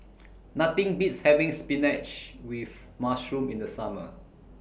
Nothing Beats having Spinach with Mushroom in The Summer